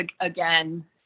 again